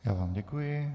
Já vám děkuji.